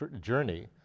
journey